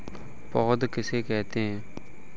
पौध किसे कहते हैं?